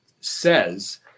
says